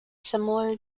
similar